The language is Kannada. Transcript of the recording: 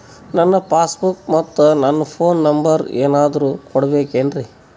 ನನ್ನ ಪಾಸ್ ಬುಕ್ ಮತ್ ನನ್ನ ಫೋನ್ ನಂಬರ್ ಏನಾದ್ರು ಕೊಡಬೇಕೆನ್ರಿ?